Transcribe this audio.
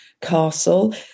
castle